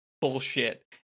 bullshit